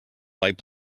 light